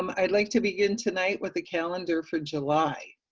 um i'd like to begin tonight with the calendar for july.